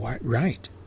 right